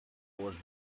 was